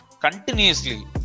continuously